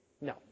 No